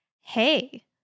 Hey